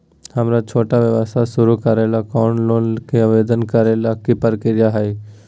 हमरा छोटा व्यवसाय शुरू करे ला के लोन के आवेदन करे ल का प्रक्रिया हई?